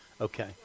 Okay